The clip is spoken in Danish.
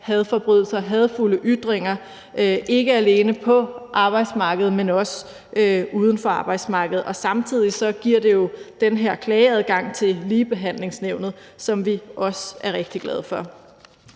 hadforbrydelser, hadefulde ytringer, ikke alene på arbejdsmarkedet, men også uden for arbejdsmarkedet. Samtidig giver det jo den her klageadgang til Ligebehandlingsnævnet, som vi også rigtig glade for.